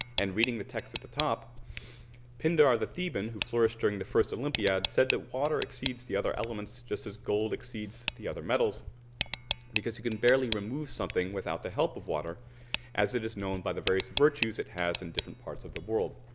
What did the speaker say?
and reading the text at the top pindar the theban who flourished during the first olympiad said that water exceeds the other elements just as gold exceeds the other metals because you can barely remove something without the help of water as it is known by the various virtues it has in different parts of the world.